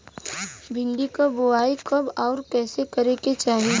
भिंडी क बुआई कब अउर कइसे करे के चाही?